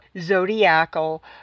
zodiacal